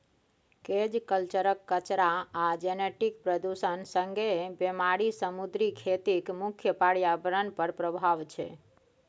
cage कल्चरक कचरा आ जेनेटिक प्रदुषण संगे बेमारी समुद्री खेतीक मुख्य प्रर्याबरण पर प्रभाब छै